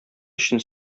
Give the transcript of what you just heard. өчен